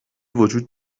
وجود